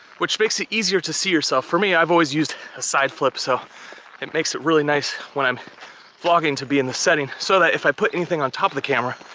which makes it easier to see yourself. for me, i've always used a side flip so it makes it really nice when i'm vlogging to be in the setting so that if i put anything on top of the camera,